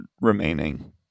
remaining